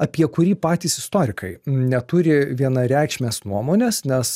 apie kurį patys istorikai neturi vienareikšmės nuomonės nes